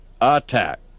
Attack